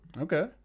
Okay